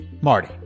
Marty